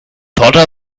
hotter